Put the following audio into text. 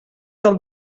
del